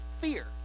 fear